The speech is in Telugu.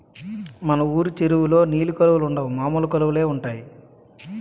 మన వూరు చెరువులో నీలి కలువలుండవు మామూలు కలువలే ఉంటాయి